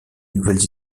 nouvelles